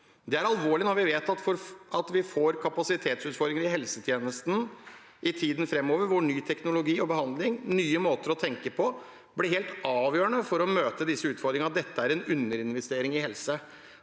Det er alvorlig når vi vet at vi får kapasitetsutfordringer i helsetjenesten i tiden framover, hvor ny teknologi og behandling og nye måter å tenke på blir helt avgjørende for å møte disse utfordringene. Dette er en underinvestering i helse.